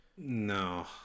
No